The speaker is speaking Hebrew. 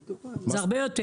היום המספר גדול הרבה יותר.